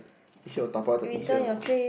eat here or dabao eat here